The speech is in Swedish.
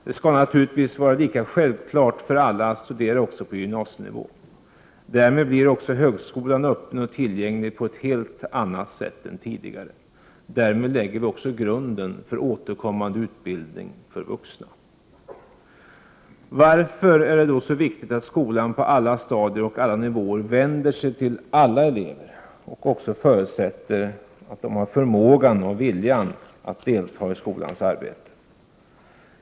Det skall naturligtvis också vara lika självklart för alla att studera på gymnasienivå. Därmed blir också högskolan öppen och tillgänglig på ett helt annat sätt än tidigare. Vi lägger därmed också grunden för återkommande utbildning för vuxna. Varför är det så viktigt att skolan på alla stadier och alla nivåer vänder sig till alla elever och också förutsätter att de har förmågan och viljan att delta i skolans arbete?